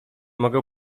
mogę